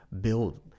build